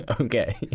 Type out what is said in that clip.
Okay